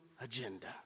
agenda